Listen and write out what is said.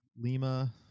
lima